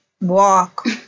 walk